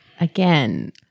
Again